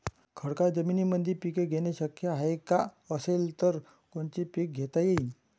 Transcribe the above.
खडकाळ जमीनीमंदी पिके घेणे शक्य हाये का? असेल तर कोनचे पीक घेता येईन?